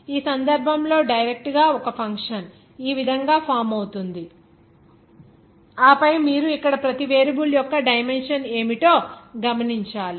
ఈ సందర్భంలో డైరెక్ట్ గా ఒక ఫంక్షన్ ఈ విధంగా ఫామ్ అవుతుంది ఆపై మీరు ఇక్కడ ప్రతి వేరియబుల్ యొక్క డైమెన్షన్స్ ఏమిటో గమనించాలి